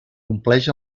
compleix